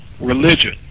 religion